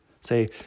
Say